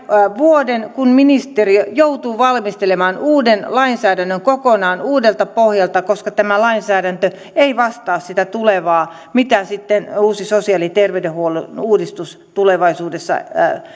vuoden kun ministeriö joutuu valmistelemaan uuden lainsäädännön kokonaan uudelta pohjalta koska tämä lainsäädäntö ei vastaa sitä tulevaa mitä sitten uusi sosiaali ja terveydenhuollon uudistus tulevaisuudessa